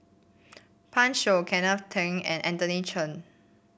Pan Shou Kenneth Keng and Anthony Chen